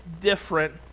different